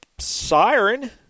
Siren